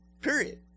Period